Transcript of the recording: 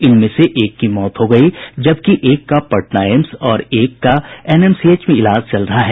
इनमें से एक की मौत हो गयी जबकि एक का पटना एम्स और एक का एनएमसीएच में इलाज चल रहा है